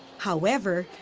however,